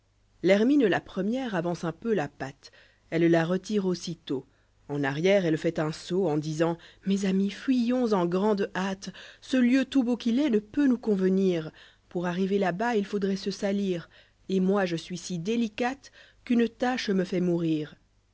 l'hermine la première avance un peu la patte elle la retire aussitôt en arrière elle fait un saut en disant mes amis fuyons en grande hâte ce lieu tout beau qu'il est ne peut nous convenir lâo fables pour arriver la bas il faudrait se salir j et moi je suis si délicate qu'une tache me fait mourir